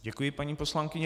Děkuji, paní poslankyně.